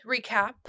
recap